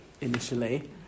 initially